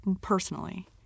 personally